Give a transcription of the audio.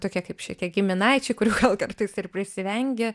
tokie kaip šitie giminaičiai kurių gal kartais ir prisivengi